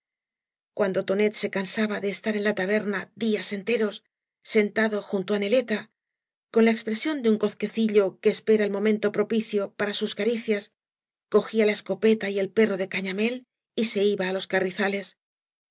cuando tonet be cansaba de estar en la ta berna días enteros sentado junto á neleta con la expresión de un gozquecillo que espera el momento propicio para sus caricias cogía la escooañas y barro peta y el perro de cañamél y se iba á iob carrizales